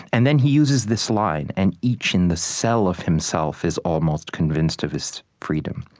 and then he uses this line and each in the cell of himself is almost convinced of his freedom.